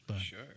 Sure